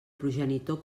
progenitor